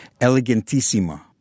Elegantissima